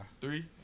Three